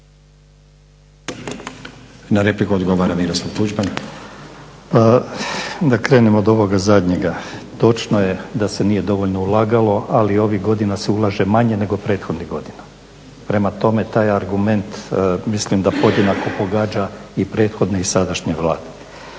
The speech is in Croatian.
**Tuđman, Miroslav (HDZ)** Da krenem od ovoga zadnjega, točno je da se nije dovoljno ulagalo ali ovih godina se ulaže manje nego prethodnih godina, prema tome taj argument mislim da podjednako pogađa i prethodne i sadašnje vlade.